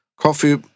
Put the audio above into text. coffee